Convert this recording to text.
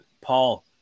Paul